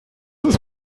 ist